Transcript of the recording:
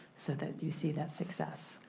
so that you see that success.